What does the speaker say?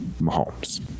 Mahomes